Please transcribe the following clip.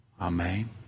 Amen